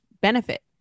benefit